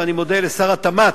ואני מודה גם לשר התמ"ת,